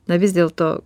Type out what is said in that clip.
na vis dėlto